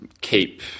keep